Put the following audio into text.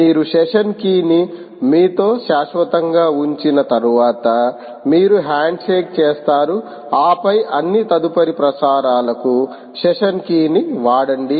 మీరు session key ని మీతో శాశ్వతంగా ఉంచిన తర్వాత మీరు హ్యాండ్షేక్ చేస్తారు ఆపై అన్ని తదుపరి ప్రసారాలకు సెషన్ కీ ని వాడండి